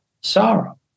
sorrow